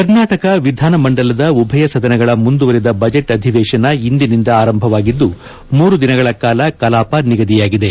ಕರ್ನಾಟಕ ವಿಧಾನಮಂಡಲದ ಉಭಯ ಸದನಗಳ ಮುಂದುವರೆದ ಬಜೆಟ್ ಅಧಿವೇಶನ ಇಂದಿನಿಂದ ಆರಂಭವಾಗಿದ್ದು ಮೂರು ದಿನಗಳ ಕಾಲ ಕಲಾಪ ನಿಗದಿಯಾಗಿದೆ